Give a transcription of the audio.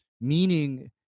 meaning